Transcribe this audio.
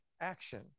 action